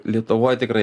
lietuvoj tikrai